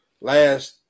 last